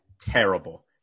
terrible